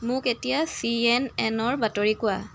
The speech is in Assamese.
মোক এতিয়া চি এন এন ৰ বাতৰি কোৱা